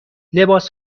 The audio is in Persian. لباس